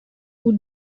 who